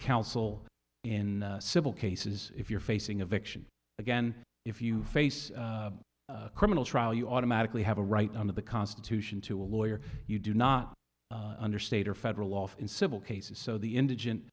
counsel in civil cases if you're facing eviction again if you face a criminal trial you automatically have a right under the constitution to a lawyer you do not under state or federal off in civil cases so the indigent